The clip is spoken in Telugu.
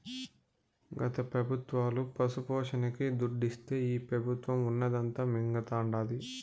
గత పెబుత్వాలు పశుపోషణకి దుడ్డిస్తే ఈ పెబుత్వం ఉన్నదంతా మింగతండాది